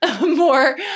more